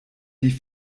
die